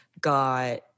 got